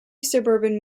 suburban